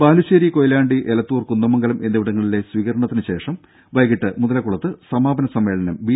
ബാലുശ്ശേരി കൊയിലാണ്ടി എലത്തൂർ കുന്ദമംഗലം എന്നിവിടങ്ങളിലെ സ്വീകരണത്തിനുശേഷം വൈകിട്ട് മുതലക്കുളത്ത് സമാപന സമ്മേളനം ബി